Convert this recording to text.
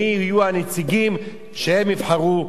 מי יהיו הנציגים שהם יבחרו.